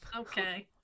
okay